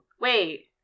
Wait